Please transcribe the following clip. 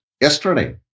yesterday